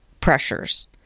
pressures